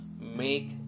make